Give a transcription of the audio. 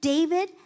David